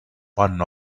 one